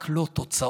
רק לא תוצאות.